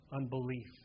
unbelief